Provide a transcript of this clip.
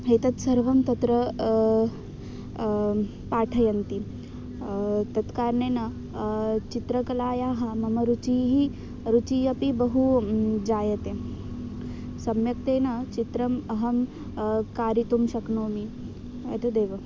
एतत् सर्वं तत्र पाठयन्ति तत्कारणेन चित्रकलायाः मम रुचिः रुचिः अपि बहु जायते सम्यक्तेन चित्रम् अहं कारयितुं शक्नोमि एतदेव